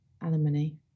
alimony